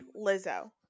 Lizzo